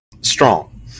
strong